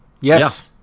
Yes